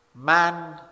Man